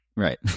Right